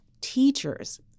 teachers